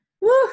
Woo